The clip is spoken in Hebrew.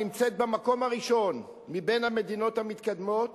נמצאת במקום הראשון מבין המדינות המתקדמות